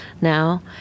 now